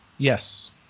yes